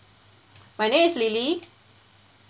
my name is lily